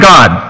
God